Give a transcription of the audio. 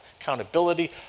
accountability